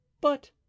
But